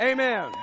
Amen